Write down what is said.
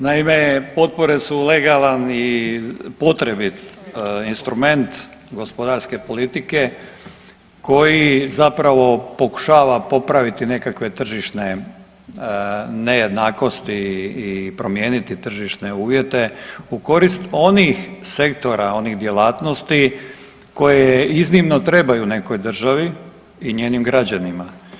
Naime, potpore su legalan i potrebit instrument gospodarske politike koji zapravo pokušava popraviti nekakve tržišne nejednakosti i promijeniti tržišne uvjete u korist onih sektora, onih djelatnosti koje iznimno trebaju nekoj državi i njenim građanima.